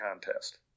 contest